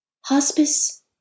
Hospice